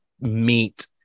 meet